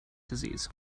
disease